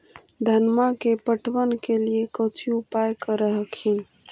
धनमा के पटबन के लिये कौची उपाय कर हखिन?